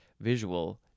visual